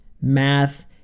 Math